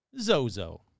Zozo